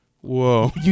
Whoa